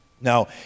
Now